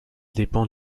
dépend